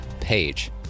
page